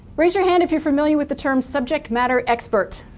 raise your hand if you're familiar with the term subject matter expert.